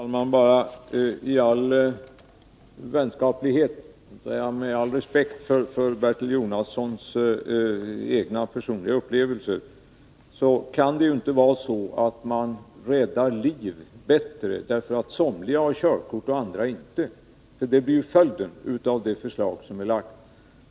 Herr talman! I all vänskaplighet och med all respekt för Bertil Jonassons personliga upplevelser vill jag säga att det inte kan förhålla sig så att man räddar liv bättre bara därför att somliga har körkort och andra inte. Det blir ju följden av det lagda förslaget.